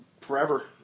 Forever